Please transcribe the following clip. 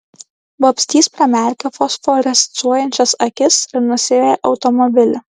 vabzdys pramerkia fosforescuojančias akis ir nusiveja automobilį